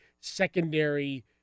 secondary